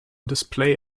display